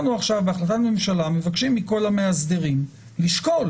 שבהחלטת ממשלה מבקשים מכל המאסדרים לשקול